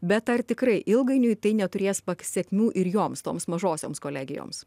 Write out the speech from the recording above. bet ar tikrai ilgainiui tai neturės paksekmių ir joms toms mažosioms kolegijoms